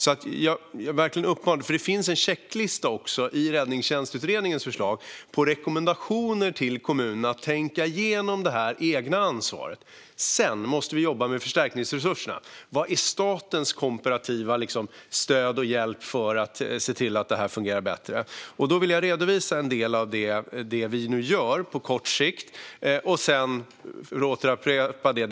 I Räddningstjänstutredningens förslag finns också en checklista med rekommendationer till kommunerna att tänka igenom det egna ansvaret. Sedan måste vi jobba med förstärkningsresurserna. Vad är statens komparativa stöd och hjälp för att se till att detta fungerar bättre? Då vill jag redovisa en del av det vi gör, både nu på kort sikt och sedan på lång sikt.